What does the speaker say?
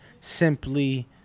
Simply